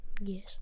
Yes